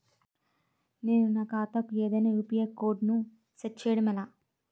నేను నా ఖాతా కు ఏదైనా యు.పి.ఐ కోడ్ ను సెట్ చేయడం ఎలా?